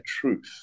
truth